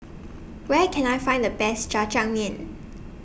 Where Can I Find The Best Jajangmyeon